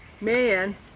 Man